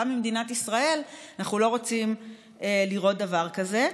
ממדינת ישראל אנחנו לא רוצים לראות דבר כזה.